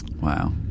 Wow